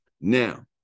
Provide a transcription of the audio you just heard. Now